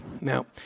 Now